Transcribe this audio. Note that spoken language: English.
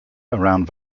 around